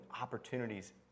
opportunities